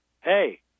hey